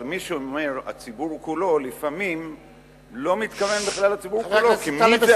אבל מי שאומר "הציבור כולו" לפעמים לא מתכוון בכלל לציבור כולו,